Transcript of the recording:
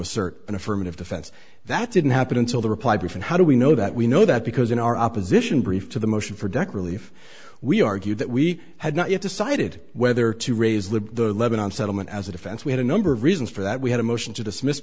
assert an affirmative defense that didn't happen until the reply brief and how do we know that we know that because in our opposition brief to the motion for dec relief we argued that we had not yet decided whether to raise the lebannon settlement as a defense we had a number of reasons for that we had a motion to dismiss